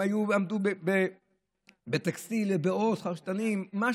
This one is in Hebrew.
הם עבדו בטקסטיל, בעורות, צורפים.